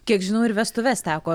kiek žinau ir vestuves teko